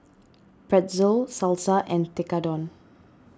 Pretzel Salsa and Tekkadon